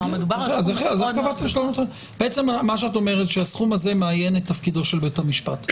מה שאת אומרת זה שהסכום הזה מעיין את תפקידו של בית המשפט.